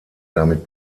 damit